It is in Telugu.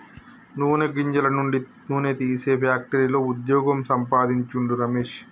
నూనె గింజల నుండి నూనె తీసే ఫ్యాక్టరీలో వుద్యోగం సంపాందించిండు రమేష్